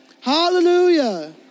Hallelujah